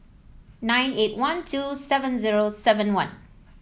nine eight one two seven zero seven one